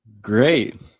great